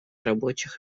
рабочих